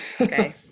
Okay